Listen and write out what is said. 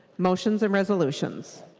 motions and resolutions.